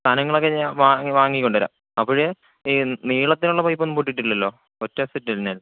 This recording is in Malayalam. സാധനങ്ങളൊക്കെ ഞാന് വാങ്ങി വാങ്ങിക്കൊണ്ടുവരാം അപ്പോള് ഈ നീളത്തിലുള്ള പൈപ്പൊന്നും പൊട്ടിയിട്ടില്ലല്ലോ ഒറ്റ സെറ്റ് തന്നെ